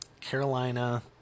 Carolina